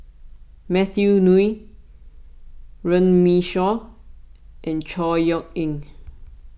Matthew Ngui Runme Shaw and Chor Yeok Eng